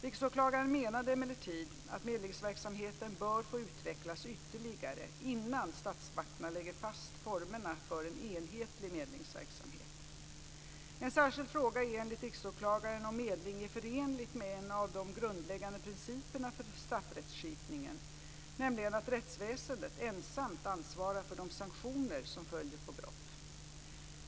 Riksåklagaren menade emellertid att medlingsverksamheten bör få utvecklas ytterligare innan statsmakterna lägger fast formerna för en enhetlig medlingsverksamhet. En särskild fråga är enligt Riksåklagaren om medling är förenligt med en av de grundläggande principerna för straffrättskipning, nämligen att rättsväsendet ensamt ansvarar för de sanktioner som följer på brott.